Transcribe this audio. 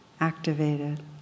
activated